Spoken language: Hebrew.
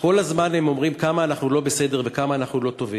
שכל הזמן הם אומרים כמה אנחנו לא בסדר וכמה אנחנו לא טובים,